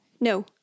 no